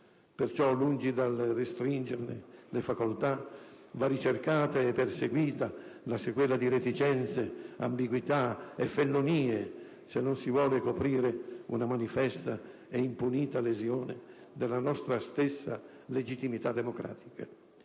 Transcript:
Perciò, lungi dal restringerne le facoltà, va ricercata e perseguita la sequela di reticenze, ambiguità e fellonie, se non si vuole coprire una manifesta e impunita lesione della nostra stessa legittimità democratica.